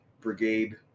brigade